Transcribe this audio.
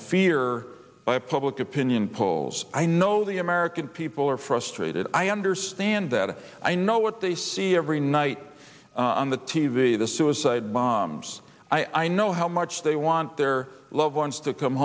fear by public opinion polls i know the american people are frustrated i understand that i know what they see every night on the t v the suicide bombs i know how much they want their loved ones to come